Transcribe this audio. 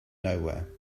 nowhere